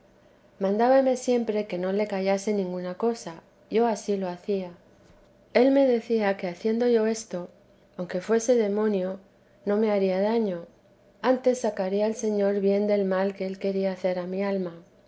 mandábame siempre que no le callase ninguna cosa yo ansí lo hacía él me decía que haciendo yo esto aunque fuese demonio no me haría daño antes sacaría el señor bien del mal que él quería hacer a mi alma